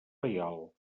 reial